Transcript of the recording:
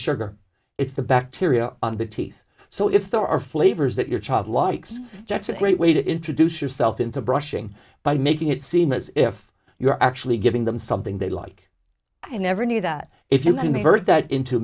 sugar it's the bacteria on the teeth so if there are flavors that your child likes that's a great way to introduce yourself into brushing by making it seem as if you're actually giving them something they like i never knew that if you convert that into